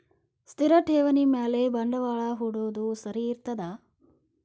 ಸ್ಥಿರ ಠೇವಣಿ ಮ್ಯಾಲೆ ಬಂಡವಾಳಾ ಹೂಡೋದು ಸರಿ ಇರ್ತದಾ?